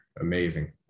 amazing